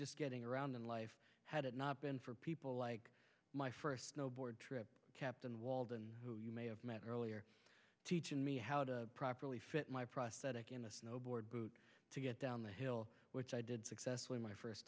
just getting around in life had it not been for people like my first snowboard trip captain walden who you may have met earlier teaching me how to properly fit my prosthetic in a snowboard to get down the hill which i did successfully my first